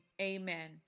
amen